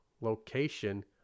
location